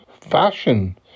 Fashion